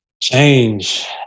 change